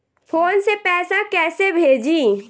Phone से पैसा कैसे भेजी?